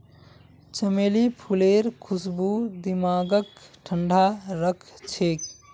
चमेली फूलेर खुशबू दिमागक ठंडा राखछेक